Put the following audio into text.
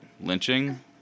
lynching